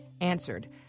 answered